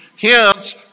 Hence